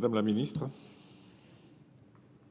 parole